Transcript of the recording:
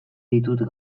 ditut